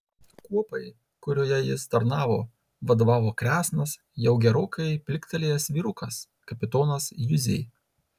kuopai kurioje jis tarnavo vadovavo kresnas jau gerokai pliktelėjęs vyrukas kapitonas juzė